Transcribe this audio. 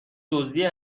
دزدی